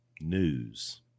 news